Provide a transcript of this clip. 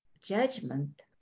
Judgment